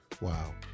Wow